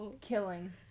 Killing